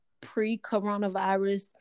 pre-coronavirus